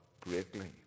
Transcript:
greatly